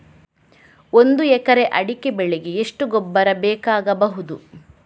ಒಂದು ಎಕರೆ ಅಡಿಕೆ ಬೆಳೆಗೆ ಎಷ್ಟು ಗೊಬ್ಬರ ಬೇಕಾಗಬಹುದು?